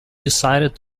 decided